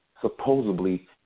supposedly